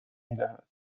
میدهد